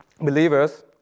believers